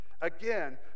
Again